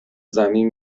زمین